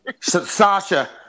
Sasha